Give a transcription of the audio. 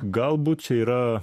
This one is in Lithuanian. galbūt čia yra